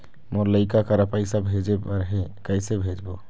मोर लइका करा पैसा भेजें बर हे, कइसे भेजबो?